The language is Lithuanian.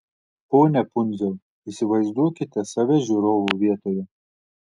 pone pundziau įsivaizduokite save žiūrovo vietoje